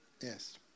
Yes